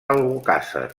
albocàsser